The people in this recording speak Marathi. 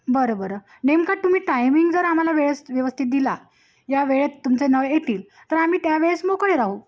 बरं बरं नेमका तुम्ही टायमिंग जर आम्हाला वेळेत व्यवस्थित दिला या वेळेत तुमचे नळ येतील तर आम्ही त्यावेळेस मोकळे राहू